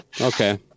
Okay